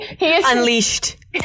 unleashed